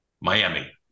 Miami